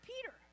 Peter